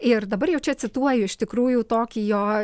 ir dabar jau čia cituoju iš tikrųjų tokį jo